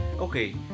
Okay